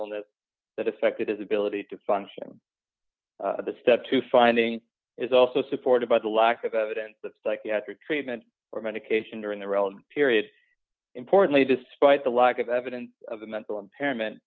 illness that affected his ability to function the step to finding is also supported by the lack of evidence of psychiatric treatment or medication during the relevant period importantly despite the lack of evidence of the mental impairment